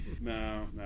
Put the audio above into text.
no